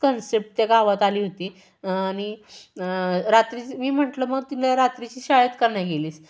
concept त्या गावात आली होती आणि रात्रीच मी म्हटलं मग तिला रात्रीची शाळेत का नाही गेलीस